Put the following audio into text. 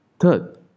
Third